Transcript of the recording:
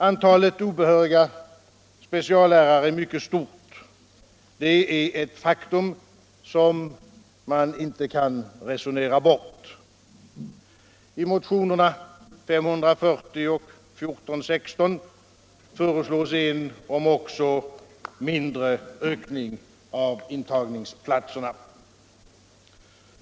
Antalet obehöriga speciallärare är mycket stort — det är ett faktum som man inte kan resonera bort. I motionerna 540 och 1416 föreslås en om också mindre ökning av intagningsplatserna.